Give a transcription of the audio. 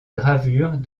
gravures